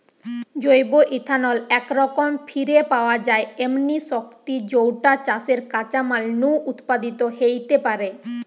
জৈব ইথানল একরকম ফিরে পাওয়া যায় এমনি শক্তি যৌটা চাষের কাঁচামাল নু উৎপাদিত হেইতে পারে